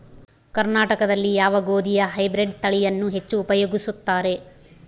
ಕರ್ನಾಟಕದಲ್ಲಿ ಯಾವ ಗೋಧಿಯ ಹೈಬ್ರಿಡ್ ತಳಿಯನ್ನು ಹೆಚ್ಚು ಉಪಯೋಗಿಸುತ್ತಾರೆ?